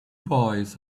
boys